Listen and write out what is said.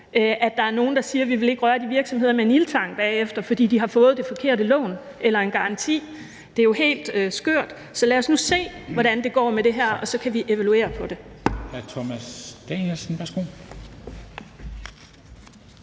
at der er nogle, der siger, de ikke vil røre de virksomheder med en ildtang, fordi de har fået det forkerte lån eller en garanti. Det er jo helt skørt. Så lad os nu se, hvordan det går med det her, og så kan vi evaluere på det.